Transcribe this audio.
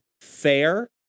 fair